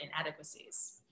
inadequacies